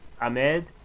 Ahmed